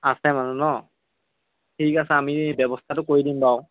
আছে মানুহ ন ঠিক আছে আমি ব্যৱস্থাটো কৰি দিম বাৰু